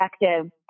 effective